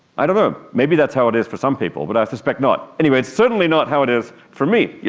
i don't know, maybe that's how it is for some people but i suspect not. anyway, it's certainly not how it is for me. yeah